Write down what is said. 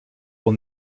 will